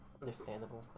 understandable